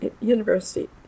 University